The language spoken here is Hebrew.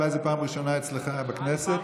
אולי זו פעם ראשונה שלך בכנסת,